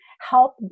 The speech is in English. help